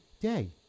day